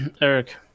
Eric